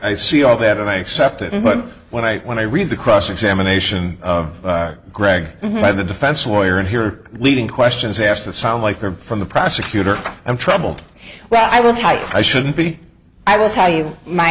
see all that and i accept it but when i when i read the cross examination of greg by the defense lawyer and here leading questions asked that sound like they're from the prosecutor i'm troubled well i will tell you i shouldn't be i will tell you my